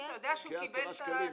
10 שקלים,